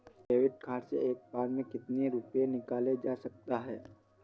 David card से एक बार में कितनी रूपए निकाले जा सकता है?